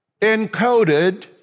encoded